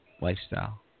lifestyle